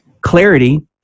clarity